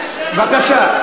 בבקשה.